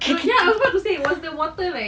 oh ya I was about to say was the water like